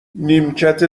نیمکت